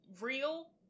real